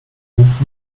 begriff